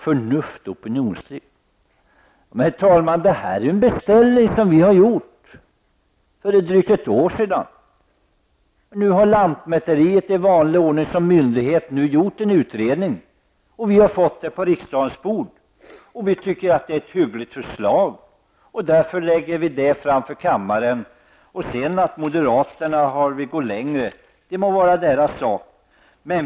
Men, herr talman, det här är ju en beställning som vi har gjort för drygt ett år sedan! Nu har lantmäteriet som myndighet i vanlig ordning gjort en utredning, och vi har fått den på riksdagens bord. Vi tycker att det är ett hyggligt förslag. Därför lägger vi fram det för kammaren. Att moderaterna sedan vill gå längre må vara deras sak.